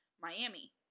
Miami